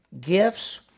gifts